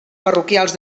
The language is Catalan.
parroquials